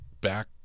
back